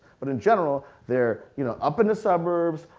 but in general, they're you know up in the suburbs,